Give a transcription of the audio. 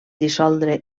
dissoldre